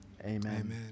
amen